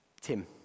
Tim